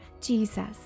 Jesus